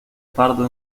pardo